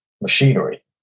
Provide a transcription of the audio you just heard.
machinery